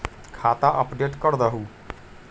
खाता अपडेट करदहु?